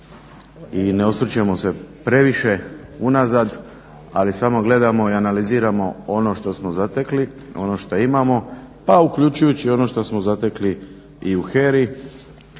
i ne osvrćemo se previše unazad ali samo gledamo i analiziramo ono što smo zatekli, ono što imamo pa uključujući i ono što smo zatekli i u HERA-i